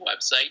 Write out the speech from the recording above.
website